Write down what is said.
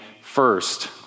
first